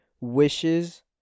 wishes